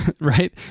right